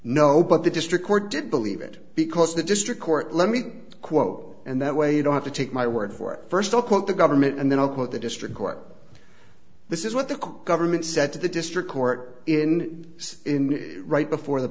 no but the district court didn't believe it because the district court let me quote and that way you don't have to take my word for it first i'll quote the government and then i'll quote the district court this is what the government said to the district court in right before the